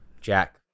Jack